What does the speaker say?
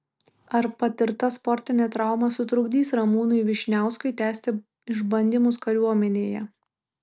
ar patirta sportinė trauma sutrukdys ramūnui vyšniauskui tęsti išbandymus kariuomenėje